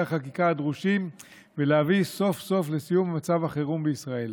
החקיקה הדרושים ולהביא סוף-סוף לסיום מצב החירום בישראל.